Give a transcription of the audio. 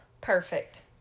perfect